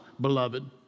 beloved